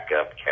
Up